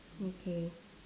okay